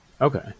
Okay